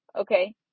Okay